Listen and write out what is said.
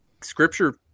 scripture